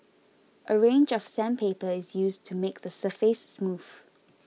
a range of sandpaper is used to make the surface smooth